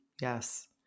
Yes